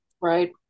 right